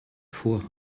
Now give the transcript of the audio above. vor